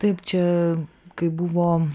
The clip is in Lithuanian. taip čia kaip buvo